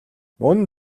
мөн